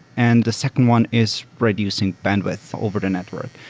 and the second one is reducing bandwidth over the network.